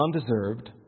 undeserved